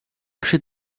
przy